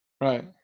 right